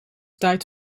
tijd